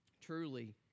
truly